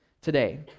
today